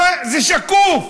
זה שקוף.